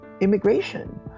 immigration